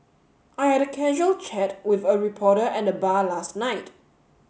I had a casual chat with a reporter at the bar last night